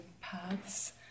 paths